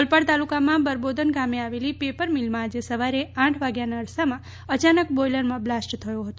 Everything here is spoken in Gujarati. ઓલપાડ તાલુકામાં બરબોધન ગામે આવેલી પેપર મિલમાં આજે સવારે આઠ વાગ્યાના અરસામાં અચાનક બોઈલરમાં બ્લાસ્ટ થયો હતો